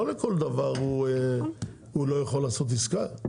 לא בכל דבר הוא לא יכול לעשות עסקה,